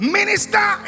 Minister